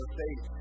faith